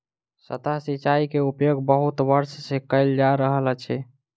सतह सिचाई के उपयोग बहुत वर्ष सँ कयल जा रहल अछि